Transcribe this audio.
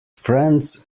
friends